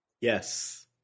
Yes